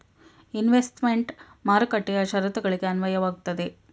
investment ಮಾರುಕಟ್ಟೆಯ ಶರತ್ತುಗಳಿಗೆ ಅನ್ವಯವಾಗುತ್ತದೆ